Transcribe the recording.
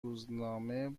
روزنامه